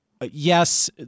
yes